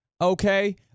okay